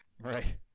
Right